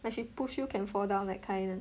like she push you can fall down that kind [one]